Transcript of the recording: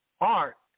art